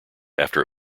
after